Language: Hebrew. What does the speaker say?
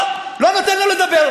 לא, לא נותן לו לדבר.